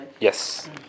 Yes